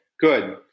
good